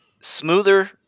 smoother